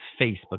Facebook